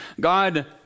god